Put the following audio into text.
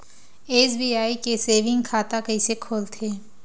SBI के saving खाता कइसे खोलथे?